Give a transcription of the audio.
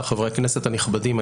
חברי הכנסת הנכבדים.